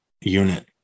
unit